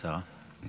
עשרה.